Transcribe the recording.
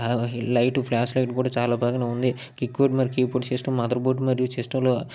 light flash light కూడా చాలా బాగానే ఉంది కీ కీబోర్డు సిస్టమ్ మరియు మదర్ బోర్డు సిస్టమ్లో